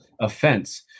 offense